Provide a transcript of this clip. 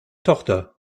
tochter